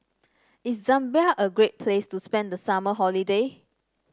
is Zambia a great place to spend the summer holiday